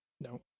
No